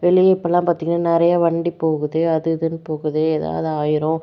வெளியே இப்போல்லாம் பார்த்தீங்கன்னா நிறைய வண்டி போகுது அது இதுன்னு போகுது ஏதாவது ஆயிடும்